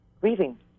grieving